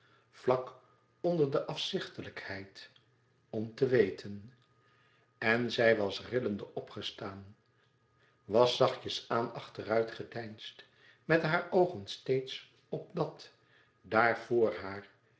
vlak onder de afzichtelijkheid om te weten en zij was rillende opgestaan was zachtjes aan achteruit gedeinsd met haar oogen steeds op dàt daar